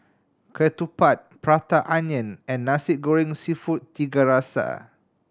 ketupat Prata Onion and Nasi Goreng Seafood Tiga Rasa